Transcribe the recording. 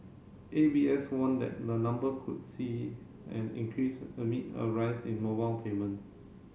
A B S warned that the number could see an increase amid a rise in mobile payment